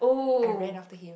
I ran after him